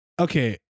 Okay